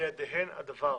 בידיהן הדבר.